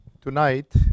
Tonight